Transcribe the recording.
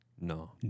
No